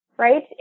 Right